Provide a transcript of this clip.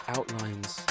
Outline's